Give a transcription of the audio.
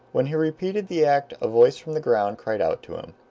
when he repeated the act a voice from the ground cried out to him,